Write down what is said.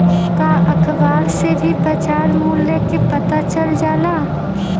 का अखबार से भी बजार मूल्य के पता चल जाला?